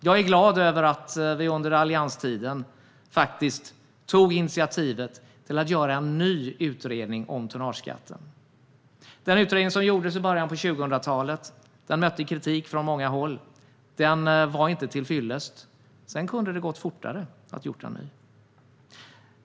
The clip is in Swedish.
Jag är glad över att vi under allianstiden tog initiativet till att göra en ny utredning om tonnageskatten. Den utredning som gjordes i början på 2000-talet mötte kritik från många håll. Den var inte till fyllest. Sedan kunde det ha gått fortare att göra en ny.